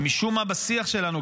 ומשום מה בשיח שלנו,